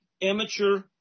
amateur